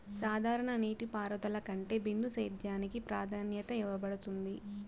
సాధారణ నీటిపారుదల కంటే బిందు సేద్యానికి ప్రాధాన్యత ఇవ్వబడుతుంది